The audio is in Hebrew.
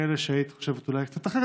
וכאלה שהיית חושבת אולי קצת אחרת,